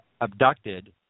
abducted